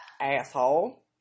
Asshole